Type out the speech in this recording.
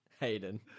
Hayden